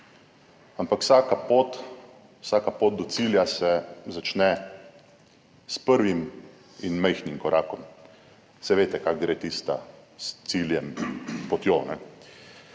pot, vsaka pot do cilja se začne s prvim in majhnim korakom, saj veste, kako gre tista s ciljem potjo.